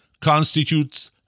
constitutes